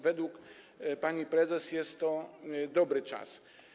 Według pani prezes jest to dobry czas.